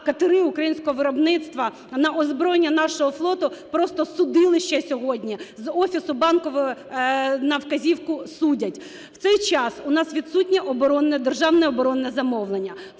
катери українського виробництва на озброєння нашого флоту, просто судилище сьогодні, з Офісу Банкової на вказівку судять. В цей час у нас відсутнє державне оборонне замовлення.